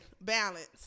Balance